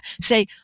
say